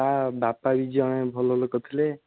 ତା ବାପା ବି ଜଣେ ଭଲ ଲୋକ ଥିଲେ